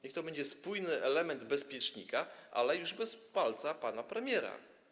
Niech to będzie spójny element bezpiecznika, ale już bez palca pana premiera.